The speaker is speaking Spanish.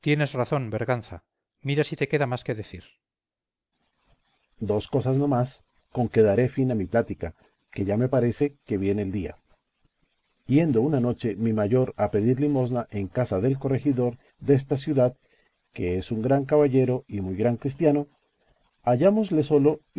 tienes razón berganza mira si te queda más que decir berganza dos cosas no más con que daré fin a mi plática que ya me parece que viene el día yendo una noche mi mayor a pedir limosna en casa del corregidor desta ciudad que es un gran caballero y muy gran cristiano hallámosle solo